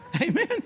Amen